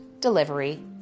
delivery